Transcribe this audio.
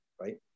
right